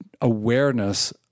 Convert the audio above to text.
awareness